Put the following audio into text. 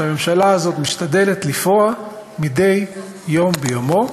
שהממשלה הזאת משתדלת לפרוע מדי יום ביומו.